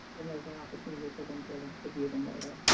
then there's an opportunity for them to to view them later.